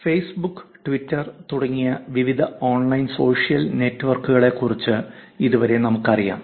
Facebook Twitter തുടങ്ങിയ വിവിധ online social നെറ്റ്വർക്കുകളെക്കുറിച്ച് ഇതുവരെ നമുക്കറിയാം